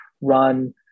run